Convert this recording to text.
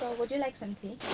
would you like some tea?